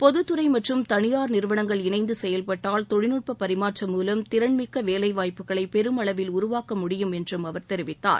பொதுத்துறை மற்றும் தனியார் நிறுவனங்கள் இணைந்து செயல்பட்டால் தொழில்நட்ப பரிமாற்றம் மூலம் திறன்மிக்க வேலைவாய்ப்புகளை பெருமளவில் உருவாக்க முடியும் என்றும் அவர் தெரிவித்தார்